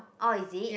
orh is it